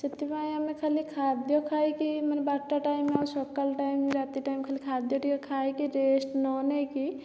ସେଥିପାଇଁ ଆମେ ଖାଲି ଖାଦ୍ୟ ଖାଇକି ମାନେ ବାରଟା ଟାଇମ ଆଉ ସକାଳ ଟାଇମ ରାତି ଟାଇମ ଖାଲି ଖାଦ୍ୟ ଟିକିଏ ଖାଇକି ରେଷ୍ଟ ନ ନେଇକି